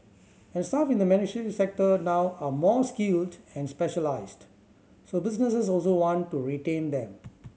and staff in the sector now are more skilled and specialised so businesses also want to retain them